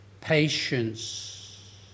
patience